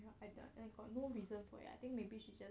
I don't I got no reason for it I think maybe she said